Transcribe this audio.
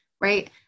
right